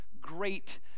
great